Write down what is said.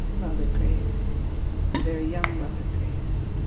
robert graves a very young robert graves